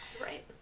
Right